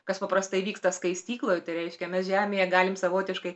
kas paprastai vyksta skaistykloj tai reiškia mes žemėje galim savotiškai